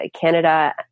Canada